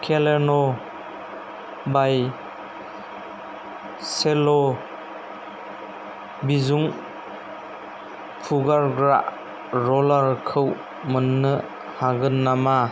केलेन' बाइ सेल' बिजुं फुगारग्रा रलारखौ मोन्नो हागोन नामा